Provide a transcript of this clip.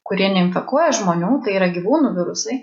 kurie neinfekuoja žmonių tai yra gyvūnų virusai